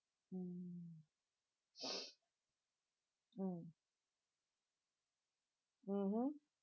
mm mm mmhmm